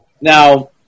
Now